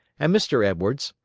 and mr. edwards,